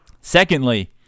secondly